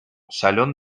salón